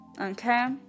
okay